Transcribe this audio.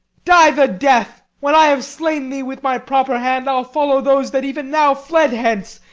die the death. when i have slain thee with my proper hand, i'll follow those that even now fled hence,